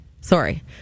Sorry